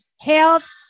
health